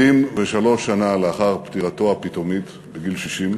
73 שנה לאחר פטירתו הפתאומית בגיל 60,